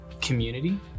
community